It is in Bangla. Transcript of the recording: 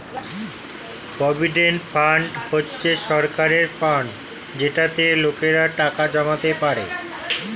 প্রভিডেন্ট ফান্ড হচ্ছে সরকারের ফান্ড যেটাতে লোকেরা টাকা জমাতে পারে